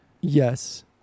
Yes